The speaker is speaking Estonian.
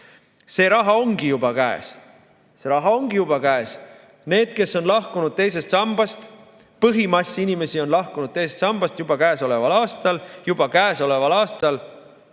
See raha ongi juba käes. See raha ongi juba käes! Need, kes on lahkunud teisest sambast – põhimass inimesi on lahkunud teisest sambast juba käesoleval aastal ja see juba käesoleval aastal